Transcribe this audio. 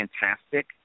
fantastic